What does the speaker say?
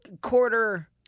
quarter